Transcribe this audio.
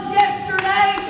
yesterday